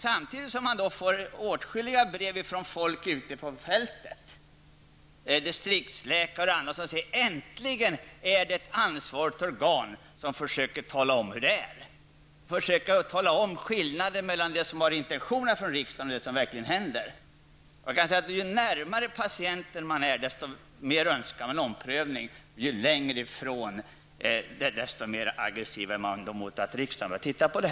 Samtidigt får man åtskilliga brev från folk ute på fältet -- distriktsläkare och andra -- som skriver att det är bra att ett ansvarigt organ äntligen försöker tala om hurdan situationen är, att man försöker redovisa skillnaden mellan det som var riksdagens intentioner och det som verkligen händer. Ju närmare patienten man befinner sig desto mer önskar man en omprövning, och ju längre ifrån patienten man befinner sig desto mer aggressiv är man emot att riksdagen tittar på frågan.